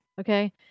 Okay